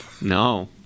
No